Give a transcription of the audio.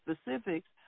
specifics